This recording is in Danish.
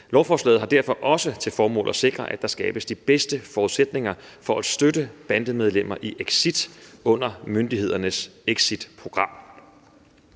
Lovforslaget har derfor også til formål at sikre, at der skabes de bedste forudsætninger for at støtte bandemedlemmer i exit under myndighedernes exitprogram.